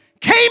came